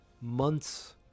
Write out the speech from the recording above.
months